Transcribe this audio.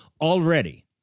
already